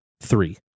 three